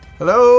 Hello